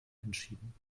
entschieden